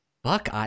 fuck